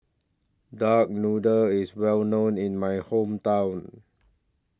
Duck Noodle IS Well known in My Hometown